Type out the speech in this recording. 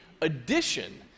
addition